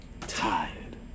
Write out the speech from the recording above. tired